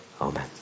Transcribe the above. amen